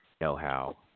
know-how